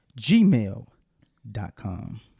gmail.com